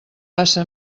passa